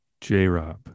J-Rob